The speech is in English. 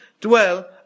dwell